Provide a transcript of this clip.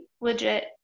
legit